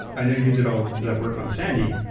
i know you did all the work on sandy.